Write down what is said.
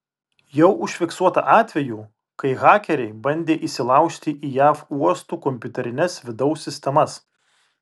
jau užfiksuota atvejų kai hakeriai bandė įsilaužti į jav uostų kompiuterines vidaus sistemas